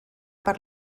per